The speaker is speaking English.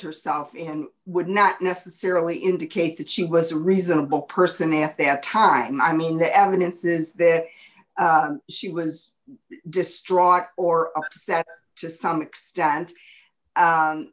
herself in would not necessarily indicate that she was a reasonable person at that time i mean the evidence is there she was distraught or upset to some extent